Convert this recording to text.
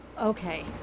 Okay